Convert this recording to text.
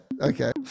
okay